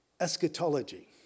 eschatology